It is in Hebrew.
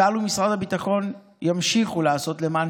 צה"ל ומשרד הביטחון ימשיכו לעשות למען